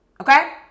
Okay